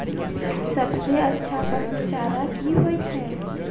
सबसे अच्छा पसु चारा की होय छै?